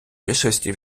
більшості